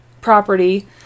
property